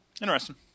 interesting